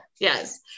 Yes